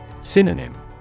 Synonym